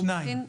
שניים.